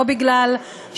או משום שהם,